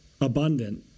abundant